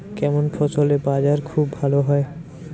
কেমন ফসলের বাজার খুব ভালো হয়?